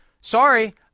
sorry